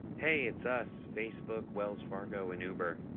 hey, it's us facebook, wells fargo, and uber.